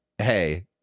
hey